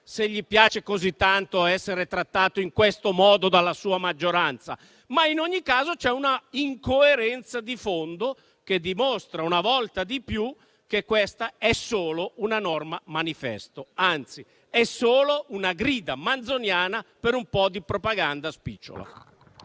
se gli piace così tanto essere trattato in siffatto modo dalla sua maggioranza, ma in ogni caso c'è un'incoerenza di fondo, che dimostra una volta di più che questa è solo una norma manifesto; anzi, è solo una grida manzoniana per un po' di propaganda spicciola.